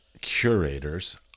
curators